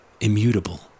Immutable